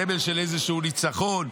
סמל של איזשהו ניצחון.